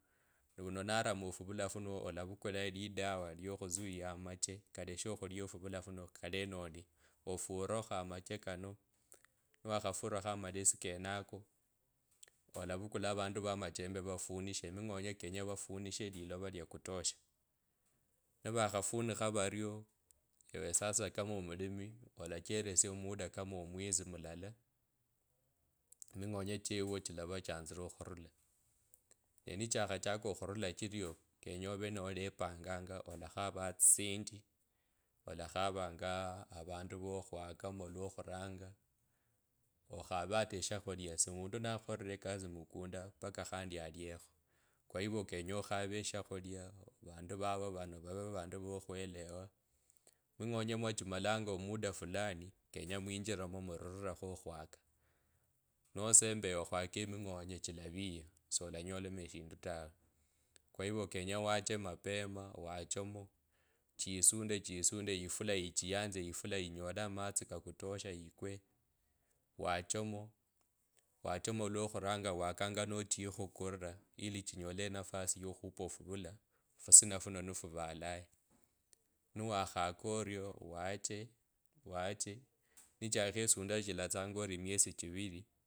Wuno narama ofuvula funo, olavukula elidawa lia okhusuiya amaje kaleshe okhulia ofuvula funo kalenonia ofurekho amaje kano nowakhafurakho amalesi kwenoko, olavukula avandu va majembe vafunishe minyonye kenye vafunishe elilova lia kutosha nivakhafunikha vario ewe sasa kama omulimi olajielesia omundu kama omwisi mlala minyonye jeuwo chalava chatsile okhurula ne nichakhachaka okhurula jirio kenye ovee nolepanganga olakhavanga etsisendi olakhavanga aaa avandu vokwakamo lwokhuranga okhave hata eshakhulya si mundu nakhukhorira ekasi mukunda vaka kandi aliekho kwa hivyo kenyekho okhave eshakhulia vandu vavo vuno babe avundu vakhwelewa minyonye mwa jimalanga omundu fulani, kenye mwinjilemo mururokho okhwaka nosembea okhwaka eminyonye chilavaya solanyola eshindi tawe, kw hivyo kenya wache mapema wachemo chisunde chisunde ifula ichiyanze ifula onyole amatsi kakutosha ikwe wachomo wachomo lwokhuranga wakanga notikhukura, ilichinyole enafasi yakhupa ofuvula, fusina funo nufuvaya, ni wakhaka orio wache wache nichakhesunda chilatsango ori emwesi tsivili.